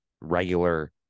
regular